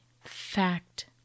FACT